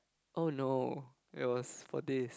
oh no it was for this